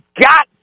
got